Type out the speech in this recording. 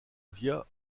via